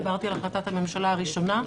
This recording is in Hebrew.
דיברתי על החלטת הממשלה הראשונה.